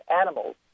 animals